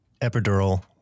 epidural